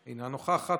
אינה נוכחת,